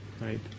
right